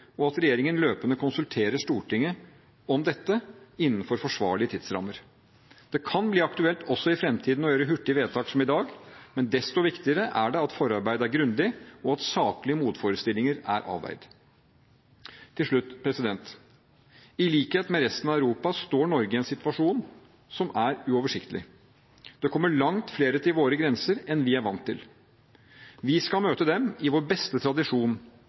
og at regjeringen løpende konsulterer Stortinget om dette innenfor forsvarlige tidsrammer. Det kan bli aktuelt også i fremtiden å fatte vedtak hurtig, som i dag, og desto viktigere er det at forarbeidet er grundig, og at saklige motforestillinger er avveid. Til slutt: I likhet med resten av Europa står Norge i en situasjon som er uoversiktlig. Det kommer langt flere til våre grenser enn vi er vant til. Vi skal møte dem i vår beste tradisjon,